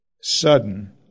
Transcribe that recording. sudden